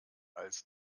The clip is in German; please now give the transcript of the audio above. als